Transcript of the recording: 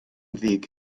ddig